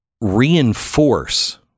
reinforce